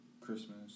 Christmas